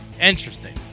Interesting